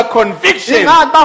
conviction